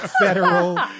federal